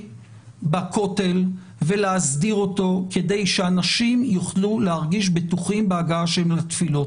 בכותל ולהסדיר אותו כדי שאנשים יוכלו להרגיש בטוחים בהגעה שלהם לתפילות.